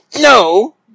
No